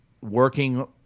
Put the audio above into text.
working